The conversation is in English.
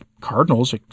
cardinals